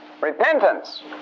Repentance